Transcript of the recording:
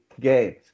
games